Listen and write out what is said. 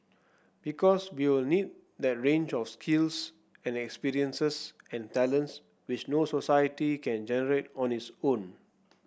because we'll need that range of skills and experiences and talents which no society can generate on its own